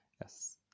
Yes